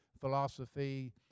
philosophy